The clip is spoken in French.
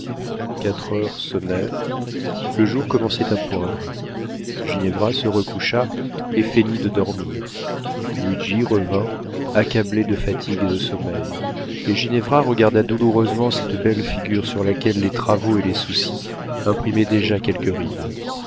quatre heures sonnèrent le jour commençait à poindre ginevra se recoucha et feignit de dormir luigi revint accablé de fatigue et de sommeil et ginevra regarda douloureusement cette belle figure sur laquelle les travaux et les soucis imprimaient déjà quelques rides